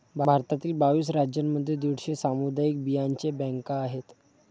भारतातील बावीस राज्यांमध्ये दीडशे सामुदायिक बियांचे बँका आहेत